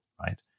right